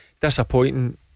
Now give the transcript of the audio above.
Disappointing